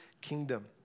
kingdom